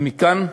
ומכאן,